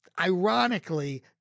ironically